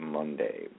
Monday